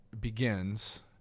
begins